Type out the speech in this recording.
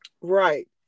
Right